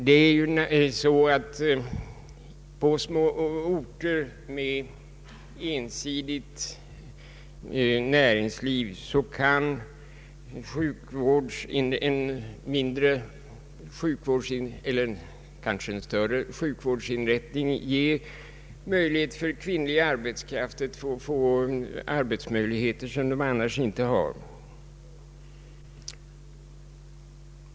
På små orter med ensidigt näringsliv kan ju en sjukvårdsinrättning ge kvinnlig arbetskraft arbetsmöjligheter som de annars skulle sakna.